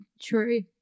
True